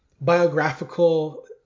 biographical